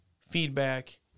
feedback